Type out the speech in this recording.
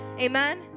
Amen